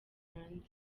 rwanda